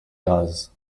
does